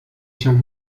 się